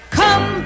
come